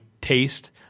taste